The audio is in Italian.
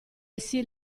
essi